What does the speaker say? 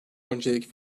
öncelik